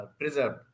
preserved